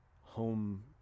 home